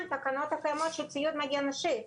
עם התקנות הקיימות של ציוד מגן אישי.